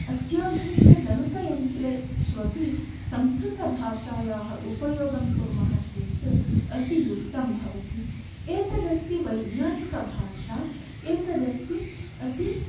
अत्याधुनिकगणकयन्त्रेष्वपि संस्कृतभाषायाः उपयोगं कुर्मः चेत् अतियुक्तं भवति एतद् अस्ति वैज्ञानिकभाषा एतद् अस्ति अति